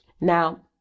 now